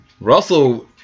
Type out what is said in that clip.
Russell